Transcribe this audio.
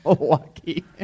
Lucky